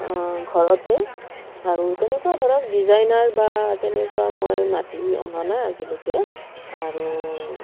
ঘৰতে আৰু তেনেকুৱা ধৰক ডিজাইনাৰ বা তেনেকুৱা মই মাতি অনা নাই আজিলৈকে আৰু